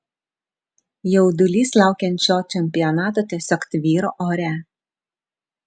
jaudulys laukiant šio čempionato tiesiog tvyro ore